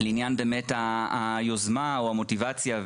לעניין היוזמה או המוטיבציה,